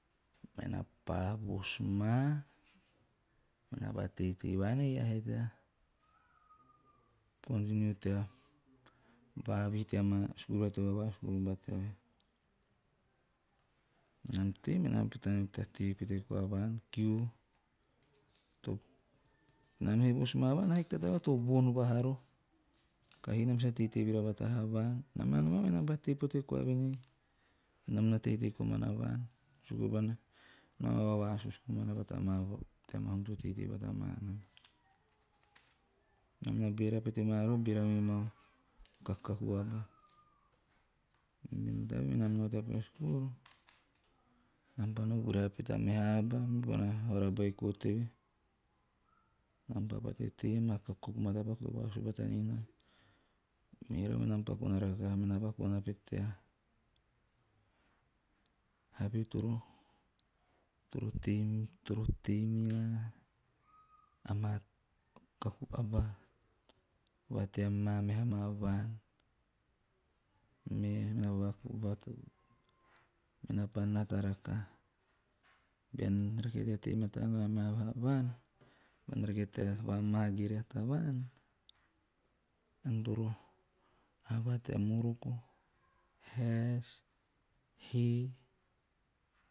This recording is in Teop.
Menaa pa vos maa, me naa pa teitei vaan ei, e iaa he tea 'continue' tea vavihi tea maa skuru to vava- skuru bata eve. Nam tei mena pa taneo tea tei pete koa vaan, kiu. Nam be vos ma vaan, a hiki taba to von vahaa roho, kahi nam sa teitei vira bata haa vaan. Nam na nomaa, menam pa tei pote koa voen ei nam na teitei komana vaan, suku bone naam na vavasusu komana bata ma, tea maa hum to teitei bata maa nam. Nam na beera pete maa roho, nam na beena mima o kakukaku aba, mene tabaee benam nao tea meha skuru, nam pa no vurahe pete a meha aba mibona vahara beiko teve, nam pa patte tei o kakukaku matapak to vasusu bata ninam, merau mena pa kona rakaha, mena pa kona pete have naa toro tei mea kaku aba va tea maa meha vaan. Mena pa pa nata rakaha. Bean rake tea tei mea tavaan va tea maa meha vaan, bean rakee tea va mage ria tavaan, ean toro aba va tea moroko, haes, hee.